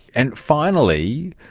and finally,